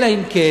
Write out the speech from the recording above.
אלא אם כן,